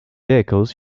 vehicles